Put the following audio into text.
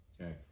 okay